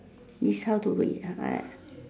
is how to read ah I